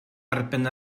erbyn